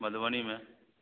मधुबनीमे